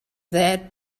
that